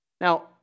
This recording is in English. Now